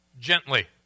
Gently